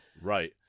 Right